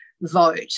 vote